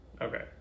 okay